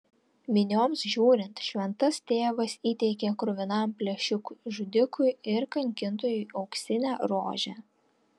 minioms žiūrint šventas tėvas įteikė kruvinam plėšikui žudikui ir kankintojui auksinę rožę